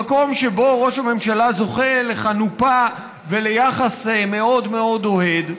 המקום שבו ראש הממשלה זוכה לחנופה וליחס מאוד מאוד אוהד.